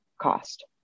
cost